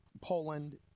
Poland